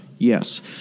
Yes